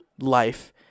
life